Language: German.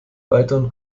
weiteren